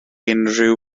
unrhyw